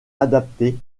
adapté